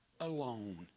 alone